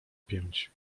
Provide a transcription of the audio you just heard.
pięć